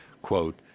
Quote